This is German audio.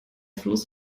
fluss